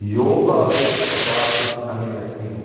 ਯੋਗਾ ਦੇ ਅਭਿਆਸ ਵਿੱਚ ਨਵੇਂ ਵਿਅਕਤੀ ਨੂੰ